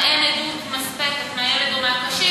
אם אין עדות מספקת של הילד או הקשיש,